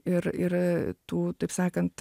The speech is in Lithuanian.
ir ir tų taip sakant